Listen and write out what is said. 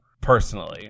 personally